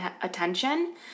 attention